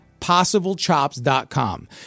possiblechops.com